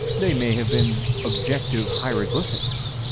they may have been objective hieroglyphics